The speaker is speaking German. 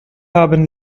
haben